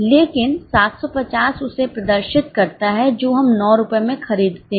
लेकिन 750 उसे प्रदर्शित करता है जो हम 9 रुपये में खरीदते हैं